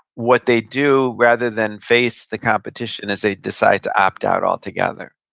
what they do, rather than face the competition, is they decide to opt out altogether.